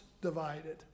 divided